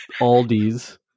Aldi's